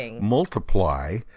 Multiply